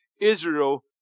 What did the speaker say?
Israel